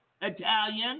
Italian